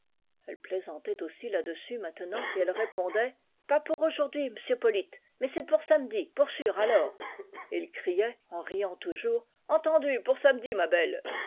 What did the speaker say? elle plaisantait aussi là-dessus maintenant et elle répondait pas pour aujourd'hui m'sieu polyte mais c'est pour samedi pour sûr alors et il criait en riant toujours entendu pour samedi ma belle